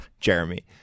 Jeremy